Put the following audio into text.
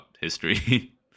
history